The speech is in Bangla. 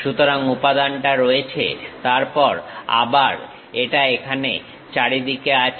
সুতরাং উপাদানটা রয়েছে তারপর আবার এটা এখানে চারিদিকে আছে